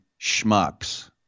schmucks